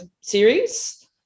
series